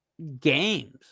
Games